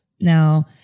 Now